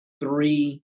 three